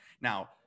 Now